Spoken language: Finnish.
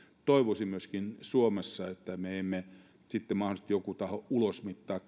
toivoisin myöskin suomessa että meillä ei sitten mahdollisesti joku taho ulosmittaa